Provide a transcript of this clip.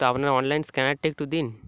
তো আপনার অনলাইন স্ক্যানারটা একটু দিন